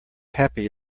happy